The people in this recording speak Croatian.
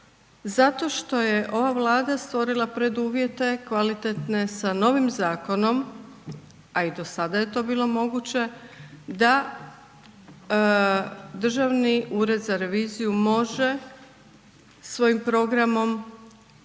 zato što je ova Vlada stvorila preduvjete kvalitetne s novim zakonom, a i do sada je to bilo moguće da Državni ured za reviziju može svojim programom